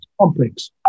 complex